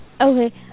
Okay